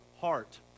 heart